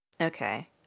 Okay